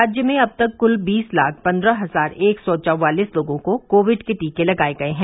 राज्य में अब तक क्ल बीस लाख पन्द्रह हजार एक सौ चौवालीस लोगों को कोविड के टीके लगाये गये हैं